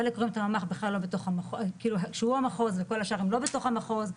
חלק אומרים שהממ"ח הוא המחוז וכל השאר הם לא בתוך המחוז.